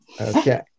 Okay